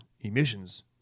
emissions